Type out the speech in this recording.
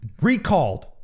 recalled